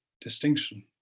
distinction